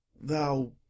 Thou